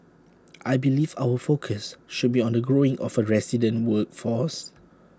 I believe our focus should be on the growing of A resident workforce